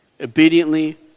obediently